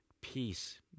peace